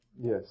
Yes